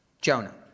Jonah